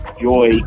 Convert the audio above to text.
Joy